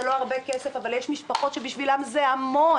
זה לא הרבה כסף אבל יש משפחות שבשבילן זה המון.